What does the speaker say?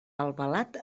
albalat